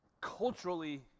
culturally-